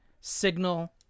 Signal